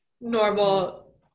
normal